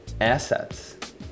assets